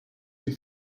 you